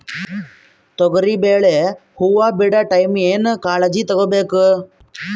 ತೊಗರಿಬೇಳೆ ಹೊವ ಬಿಡ ಟೈಮ್ ಏನ ಕಾಳಜಿ ತಗೋಬೇಕು?